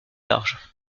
large